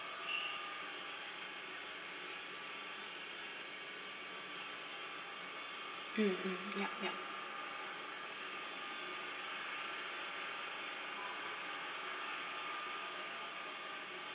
mm mm yup yup